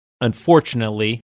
unfortunately